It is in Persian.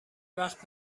وقت